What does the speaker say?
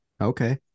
Okay